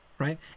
Right